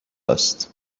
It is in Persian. است